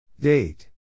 Date